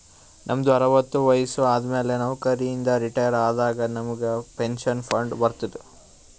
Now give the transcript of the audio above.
ನಮ್ದು ಅರವತ್ತು ವಯಸ್ಸು ಆದಮ್ಯಾಲ ನೌಕರಿ ಇಂದ ರಿಟೈರ್ ಆದಾಗ ನಮುಗ್ ಪೆನ್ಷನ್ ಫಂಡ್ ಬರ್ತುದ್